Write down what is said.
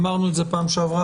אמרנו את זה בפעם הקודמת,